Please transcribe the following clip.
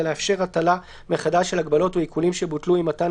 לאפשר הטלה מחדש של הגבלות או עיקולים שבוטלו עם מתן